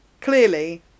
clearly